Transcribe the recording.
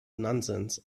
nonsense